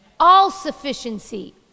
all-sufficiency